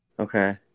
Okay